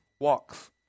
walks